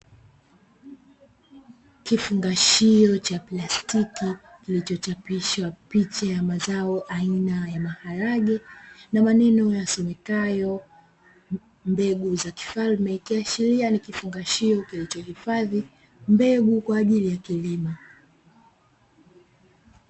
Kifungasho cha plastiki kilicho chapishwa picha ya mazao aina ya maharage na maneno yasomekayo "mbegu za kifalme", ikiashiria ni kifungashio kilichohifadhi mbegu kwa ajili ya kilimo.